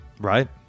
right